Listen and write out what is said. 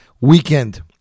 weekend